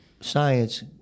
Science